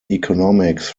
economics